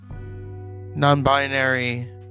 non-binary